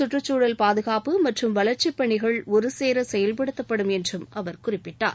கற்றுச்சூழல் பாதுகாப்பு மற்றும் வளர்ச்சிப்பணிகள் ஒருசேர செயவ்படுத்தப்படும் என்று அவர் குறிப்பிட்டார்